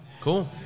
cool